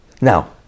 Now